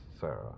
Sarah